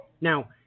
Now